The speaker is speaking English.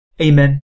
Amen